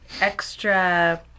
extra